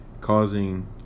causing